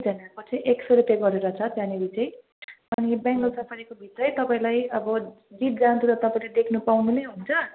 एकजनाको चाहिँ एक सौ रुपियाँ गरेर छ त्यहाँनिर चाहिँ अनि बेङ्गाल सफारीको भित्रै तपाईँलाई अब जीवजन्तु त तपाईँले देख्नु पाउनु नै हुन्छ